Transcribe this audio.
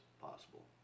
possible